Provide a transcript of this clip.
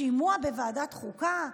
שימוע בוועדת חוקה?